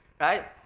right